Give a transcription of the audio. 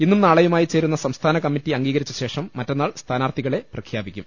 ഇന്നും നാളെയുമായി ചേരുന്ന സംസ്ഥാന കമ്മറ്റി അംഗീകരിച്ചശേഷം മറ്റന്നാൾ സ്ഥാനാർത്ഥികളെ പ്രഖ്യാപിക്കും